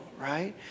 right